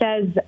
says